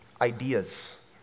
Ideas